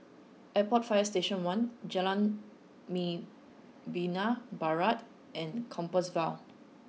Airport Fire Station one Jalan Membina Barat and Compassvale